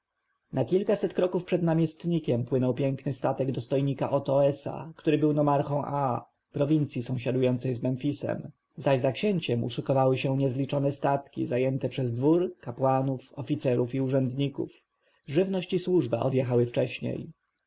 na kilkaset kroków przed namiestnikiem płynął piękny statek dostojnego otoesa który był nomarchą aa prowincji sąsiadującej z memfisem zaś za księciem uszykowały się niezliczone statki zajęte przez dwór kapłanów oficerów i urzędników żywność i służba odjechały wcześniej